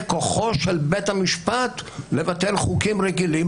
כוחו של בית המשפט לבטל חוקים רגילים,